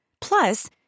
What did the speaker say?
Plus